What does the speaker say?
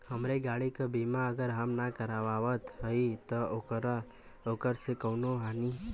हमरे गाड़ी क बीमा अगर हम ना करावत हई त ओकर से कवनों हानि?